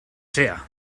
sea